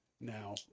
Now